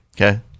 Okay